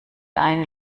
eine